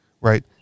right